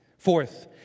Fourth